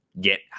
Get